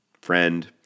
Friend